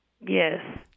Yes